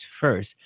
first